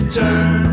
turn